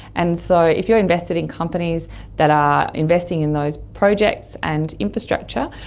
and so if you are invested in companies that are investing in those projects and infrastructure,